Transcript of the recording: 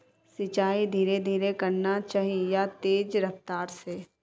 सिंचाई धीरे धीरे करना चही या तेज रफ्तार से?